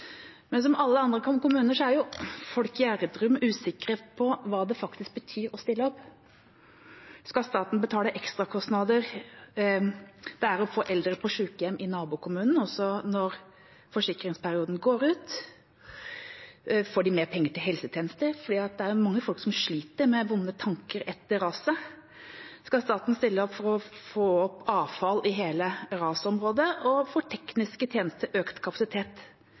Men som i alle andre kommuner er folk i Gjerdrum usikre på hva det faktisk betyr å stille opp. Skal staten betale for ekstrakostnadene knyttet til å få eldre på sykehjem i nabokommunen også når forsikringsperioden går ut? Får de mer penger til helsetjenester? Det er mange som sliter med vonde tanker etter raset. Skal staten stille opp for å få opp avfall i hele rasområdet, og får tekniske tjenester økt kapasitet